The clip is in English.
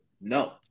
No